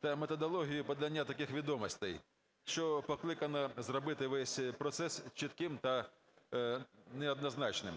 та методологію подання таких відомостей, що покликано зробити весь процес чітким та неоднозначним.